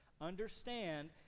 Understand